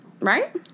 Right